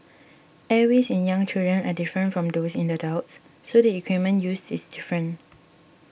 airways in young children are different from those in adults so the equipment used is different